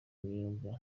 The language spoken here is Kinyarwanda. myuga